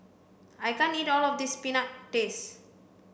I can't eat all of this peanut paste